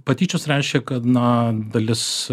patyčios reiškia kad na dalis